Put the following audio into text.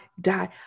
die